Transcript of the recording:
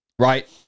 Right